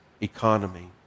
economy